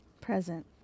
present